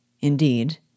Indeed